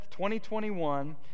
2021